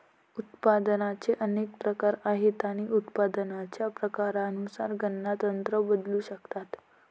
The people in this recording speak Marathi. उत्पादनाचे अनेक प्रकार आहेत आणि उत्पादनाच्या प्रकारानुसार गणना तंत्र बदलू शकतात